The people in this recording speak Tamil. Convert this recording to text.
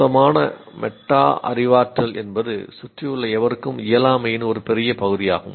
மோசமான மெட்டா அறிவாற்றல் என்பது சுற்றியுள்ள எவருக்கும் திறனின்மையின் ஒரு பெரிய பகுதியாகும்